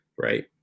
right